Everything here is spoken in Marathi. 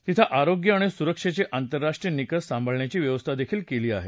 तिथं आरोग्य आणि सुरक्षेचे आंतरराष्ट्रीय निकष सांभाळण्याची व्यवस्था केली आहे